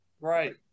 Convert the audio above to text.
Right